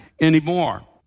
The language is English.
anymore